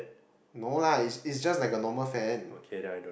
no lah it's it's just like a normal fan